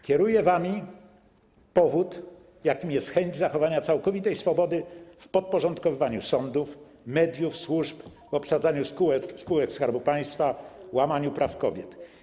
Kieruje wami powód, jakim jest chęć zachowania całkowitej swobody w podporządkowywaniu sądów, mediów, służb, w obsadzaniu spółek Skarbu Państwa, łamaniu praw kobiet.